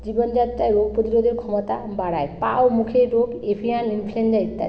জীবনযাত্রায় রোগ প্রতিরোধের ক্ষমতা বাড়ায় পা ও মুখের রোগ এভিয়ান ইনফ্লুয়েঞ্জা ইত্যাদি